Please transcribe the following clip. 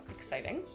Exciting